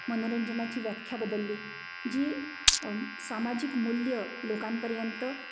मनोरंजनाची व्याख्या बदलली जी सामाजिक मूल्य लोकांपर्यंत